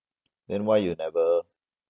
then why you never